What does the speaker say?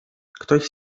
ktoś